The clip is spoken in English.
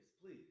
please